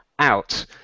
out